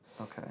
Okay